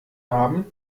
haben